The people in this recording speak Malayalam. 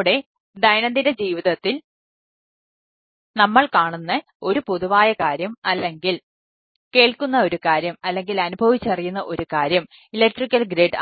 നമ്മുടെ ദൈനംദിന ജീവിതത്തിൽ നമ്മൾ കാണുന്ന ഒരു പൊതുവായ കാര്യം അല്ലെങ്കിൽ കേൾക്കുന്ന ഒരു കാര്യം അല്ലെങ്കിൽ അനുഭവിച്ചറിയുന്ന ഒരു കാര്യം ഇലക്ട്രിക്കൽ ഗ്രിഡ്